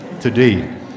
today